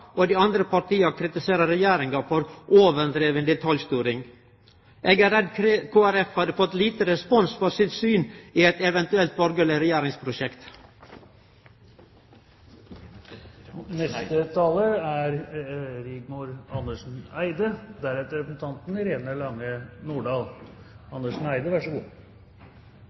og dei andre partia kritiserer Regjeringa for overdriven detaljstyring. Eg er redd Kristeleg Folkeparti hadde fått liten respons for sitt syn i eit eventuelt borgarleg regjeringsprosjekt.